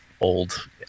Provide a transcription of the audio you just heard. old